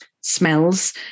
smells